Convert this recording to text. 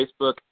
Facebook